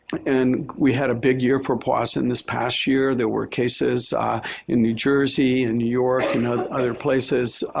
and we had a big year for powassan this past year. there were cases in new jersey, in new york, in other places.